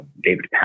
David